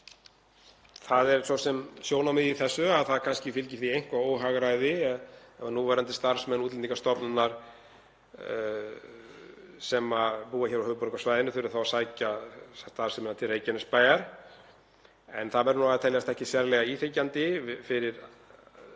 Það er svo sem sjónarmið í þessu að það kannski fylgir því eitthvert óhagræði ef núverandi starfsmenn Útlendingastofnunar, sem búa á höfuðborgarsvæðinu, þurfi þá að sækja starfsemina til Reykjanesbæjar. En það verður að teljast ekki sérlega íþyngjandi fyrir þá